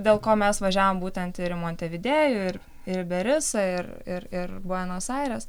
dėl ko mes važiavom būtent ir į montevidėją ir ir berisą ir ir ir buenos aires